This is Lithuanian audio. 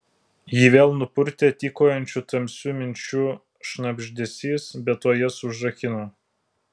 jį vėl nupurtė tykojančių tamsių minčių šnabždesys bet tuoj jas užrakino